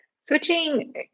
Switching